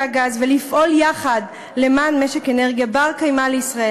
הגז ולפעול יחד למען משק אנרגיה בר-קיימא לישראל,